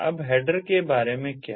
अब हेडर के बारे में क्या